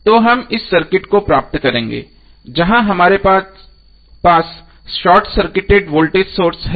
तो हम इस सर्किट को प्राप्त करेंगे जहां हमारे पास शॉर्ट सर्किटेड वोल्टेज सोर्स है